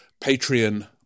Patreon